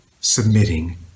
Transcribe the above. submitting